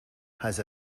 has